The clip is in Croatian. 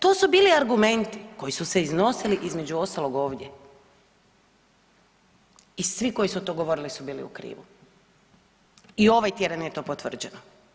To su bili argumenti koji su se iznosili između ostalog ovdje i svi koji su to govorili su bili u krivu i ovaj tjedan je to potvrđeno.